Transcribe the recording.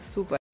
Super